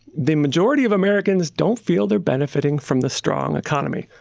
the majority of americans don't feel they're benefitting from the strong economy.